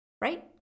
right